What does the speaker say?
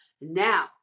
Now